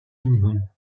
animal